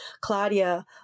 Claudia